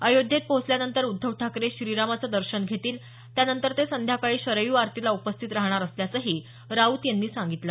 अयोध्येत पोहोचल्यानंतर उद्धव ठाकरे श्रीरामाचं दर्शन घेतील त्यानंतर ते संध्याकाळी शरयू आरतीला उर्पास्थित राहणार असल्याचंही राऊत यांनी सांगितलं